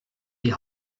die